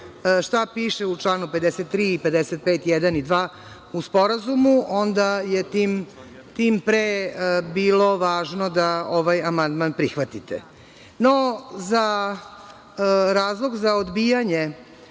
šta piše u čl. 53. i 55, jedan i dva, u Sporazumu, onda je tim pre bilo važno da ovaj amandman prihvatite. Kao razlog za odbijanje